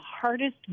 hardest